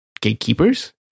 gatekeepers